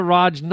Raj